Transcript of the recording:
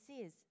says